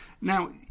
Now